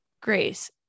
Grace